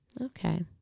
Okay